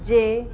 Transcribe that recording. जे